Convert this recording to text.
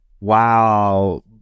Wow